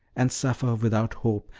and suffer without hope,